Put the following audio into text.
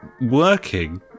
working